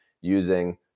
using